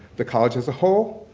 the college as a whole,